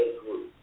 group